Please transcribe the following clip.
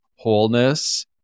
wholeness